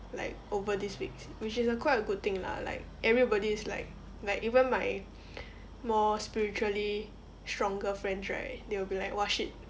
like over these weeks which is a quite a good thing lah like everybody is like like even my more spiritually stronger friends right they will be like !wah! shit